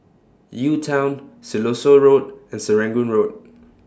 UTown Siloso Road and Serangoon Road